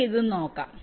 നമുക്ക് ഇത് നോക്കാം